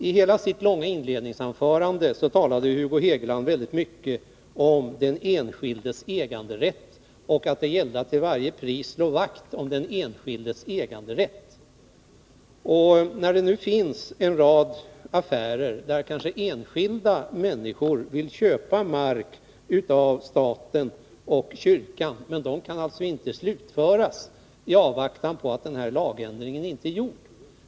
I hela sitt långa inledningsanförande talade Hugo Hegeland mycket om den enskildes äganderätt och anförde att det gällde att till varje pris slå vakt om den. Nu finns det en rad fall där kanske enskilda människor vill köpa mark av staten och kyrkan. Men dessa affärer kan alltså inte slutföras — så länge inte den här lagändringen är gjord.